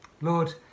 Lord